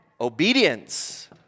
Obedience